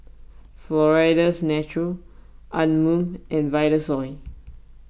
Florida's Natural Anmum and Vitasoy